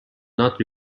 not